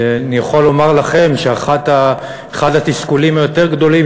אני יכול לומר לכם שאחד התסכולים היותר-גדולים